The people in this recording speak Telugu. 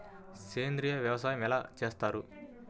సేంద్రీయ వ్యవసాయం ఎలా చేస్తారు?